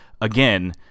again